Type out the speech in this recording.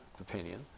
opinion